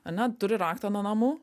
ane turi raktą nuo namų